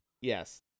Yes